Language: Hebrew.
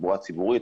תחבורה ציבורית,